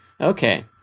okay